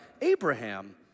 Abraham